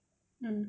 mm